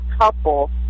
couple